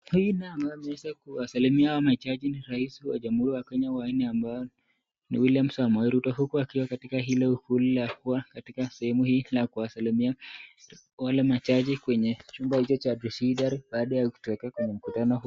Huyu naye ambaye ameweza kuwasalimia hawa majaji ni rais wa jamuhuri wa Kenya wa nne ambaye ni William Samoei Ruto huku akiwa katika hilo shughuli la kua katika sehemu hii na kuwasalia wale majaji kwenye chumba hicho cha Judiciary baada ya kutokea kwenye mkutano huo.